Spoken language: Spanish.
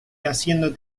haciendo